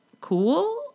cool